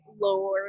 lower